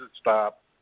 stop